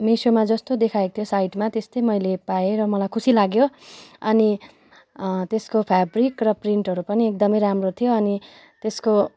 मिसोमा जस्तो देखाएको थियो साइटमा त्यस्तै मैले पाएँ र मलाई खुसी लाग्यो अनि त्यसको फेब्रिक र प्रिन्टहरू पनि एकदमै राम्रो थियो अनि त्यसको